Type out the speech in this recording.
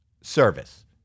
service